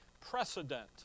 precedent